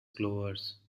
clovers